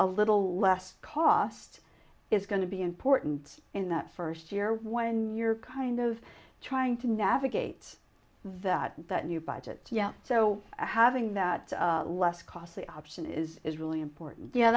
a little less cost is going to be important in that first year one in your kind of trying to navigate that that you budget yeah so having that less costly option is is really important y